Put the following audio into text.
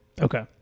Okay